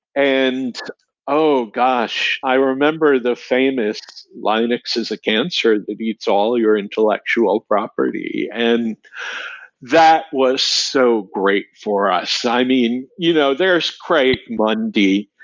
and oh, gosh! i remember the famous linux is a cancer that beats all your intellectual property, and that was so great for us. i mean, you know there's craig mundie.